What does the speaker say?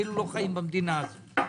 כאילו לא חיים במדינה הזו.